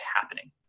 happening